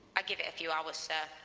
i'd give it a few hours, sir,